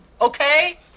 okay